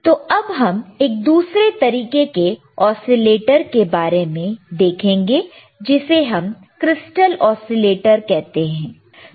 तो अब हम एक दूसरे तरीके के ओसीलेटर के बारे में देखेंगे जिसे हम क्रिस्टल ओसीलेटर कहते हैं